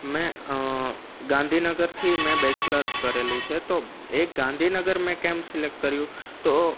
મેં ગાંધીનગરથી મેં બેચલર્સ કરેલું છે તો એ ગાંધીનગર મેં કેમ સિલેક્ટ કર્યું તો